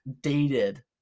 Dated